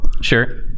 Sure